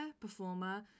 performer